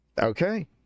okay